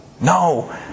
No